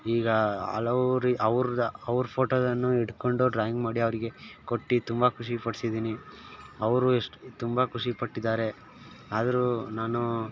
ಈಗ ಹಲವು ರೀ ಅವ್ರ ಅವ್ರ ಫೋಟೊದನ್ನು ಇಟ್ಟುಕೊಂಡು ಡ್ರಾಯಿಂಗ್ ಮಾಡಿ ಅವರಿಗೆ ಕೊಟ್ಟು ತುಂಬ ಖುಷಿ ಪಡಿಸಿದೀನಿ ಅವರು ಎಷ್ಟು ತುಂಬ ಖುಷಿ ಪಟ್ಟಿದ್ದಾರೆ ಆದರು ನಾನು